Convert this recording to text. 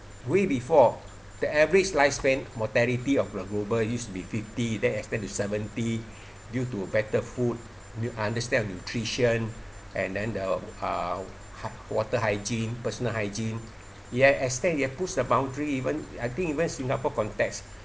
way before the average lifespan mortality of the global used be fifty then extend to seventy due to better food understand of nutrition and then the uh water hygiene personal hygiene ya extend you have pushed the boundary even I think even singapore context